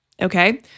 Okay